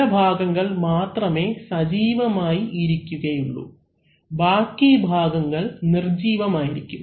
ചില ഭാഗങ്ങൾ മാത്രമേ സജീവമായി ഇരിക്കുക യുള്ളൂ ബാക്കി ഭാഗങ്ങൾ നിർജീവം ആയിരിക്കും